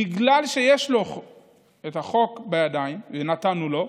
בגלל שיש לו את החוק בידיים, שנתנו לו,